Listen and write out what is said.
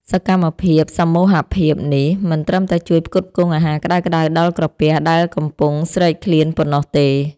សកម្មភាពសមូហភាពនេះ មិនត្រឹមតែជួយផ្គត់ផ្គង់អាហារក្ដៅៗដល់ក្រពះដែលកំពុងស្រេកឃ្លានប៉ុណ្ណោះទេ។